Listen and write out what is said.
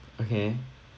okay